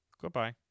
Goodbye